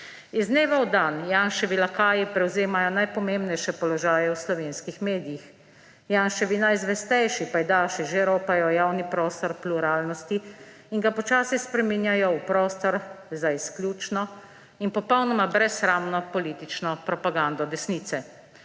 Iz dneva v dan Janševi lakaji prevzemajo najpomembnejše položaje v slovenskih medijih. Janševi najzvestejši pajdaši že ropajo javni prostor pluralnosti in ga počasi spreminjajo v prostor za izključno in popolnoma brezsramno politično propagando desnice.